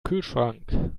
kühlschrank